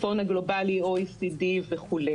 "הצפון הגלובאלי" OECD וכו',